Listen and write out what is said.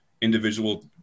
individual